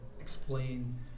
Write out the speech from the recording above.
explain